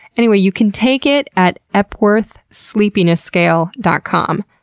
anyway, you can take it at epworthsleepinessscale dot com.